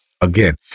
Again